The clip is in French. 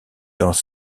dans